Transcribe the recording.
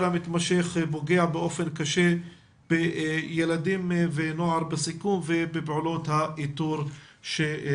המתמשך פוגע באופן קשה בילדים ונוער בסיכון ובפעולות איתורם.